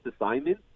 assignment